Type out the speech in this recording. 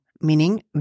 meaning